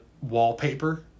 wallpaper